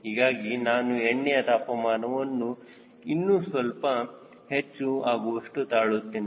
ಹೀಗಾಗಿ ನಾನು ಎಣ್ಣೆಯ ತಾಪಮಾನವು ಇನ್ನು ಸ್ವಲ್ಪ ಹೆಚ್ಚು ಆಗುವಷ್ಟು ತಾಳುತ್ತೇನೆ